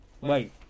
Wait